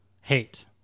hate